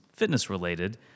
fitness-related